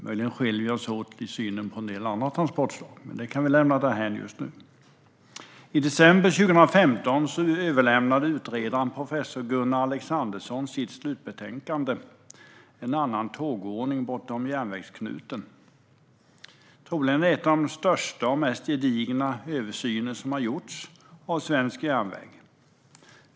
Möjligen skiljer vi oss åt i synen på en del andra transportslag, men det kan vi lämna därhän just nu. I december 2015 överlämnade utredaren professor Gunnar Alexandersson sitt slutbetänkande En annan tågordning - bortom järnvägsknut en . Det är troligen en av de största och mest gedigna översyner som har gjorts av svensk järnväg.